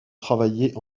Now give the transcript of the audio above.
travailler